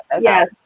Yes